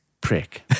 prick